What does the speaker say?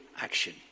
Action